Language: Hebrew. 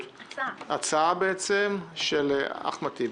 הצעה של אחמד טיבי.